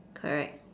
correct